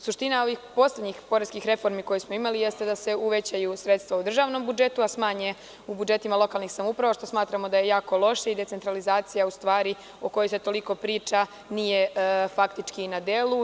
Suština ovih poslednjih poreskih reformi koje smo imali jeste da se uvećaju sredstva u državnom budžetu a smanje u budžetima lokalnih samouprava, što smatramo da je jako loše i da decentralizacija o kojoj se toliko priča nije na delu.